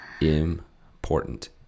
Important